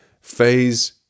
phase